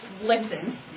listen